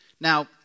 Now